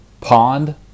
Pond